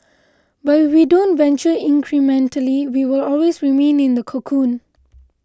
but if we don't venture incrementally we will always remain in the cocoon